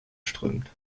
strömt